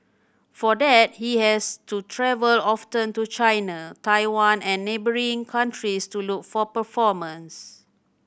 for that he has to travel often to China Taiwan and neighbouring countries to look for performance